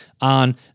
on